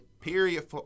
period